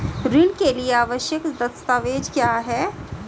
ऋण के लिए आवश्यक दस्तावेज क्या हैं?